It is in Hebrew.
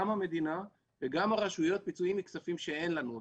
גם המדינה וגם הרשויות פיצויים מכספים שאין לנו אותם.